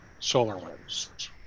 SolarWinds